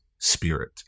spirit